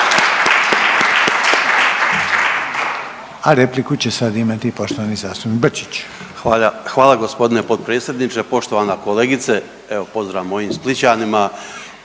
A repliku će sad imati poštovani zastupnik Brčić. **Brčić, Luka (HDZ)** Hvala gospodine potpredsjedniče. Poštovana kolegice, evo pozdrav mojim Splićanima.